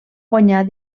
guanyar